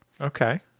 Okay